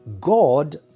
God